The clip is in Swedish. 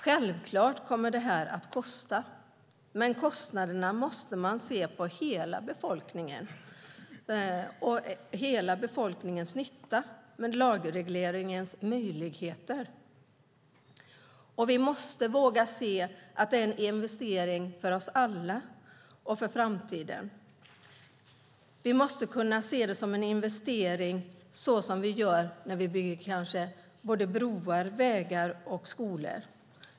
Självklart kommer detta att kosta, men kostnaderna måste ses mot bakgrund av hela befolkningens nytta med lagregleringens möjligheter. Vi måste våga se att det är en investering för oss alla och för framtiden. Vi måste se det som en investering på samma sätt som broar, vägar och skolor.